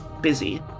busy